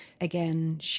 again